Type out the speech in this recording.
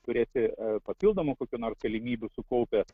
turėti papildomų kokių nors galimybių sukaupęs